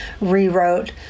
rewrote